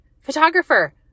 photographer